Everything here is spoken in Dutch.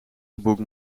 geboekt